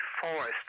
forest